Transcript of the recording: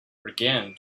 again